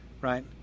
right